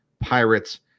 Pirates